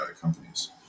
companies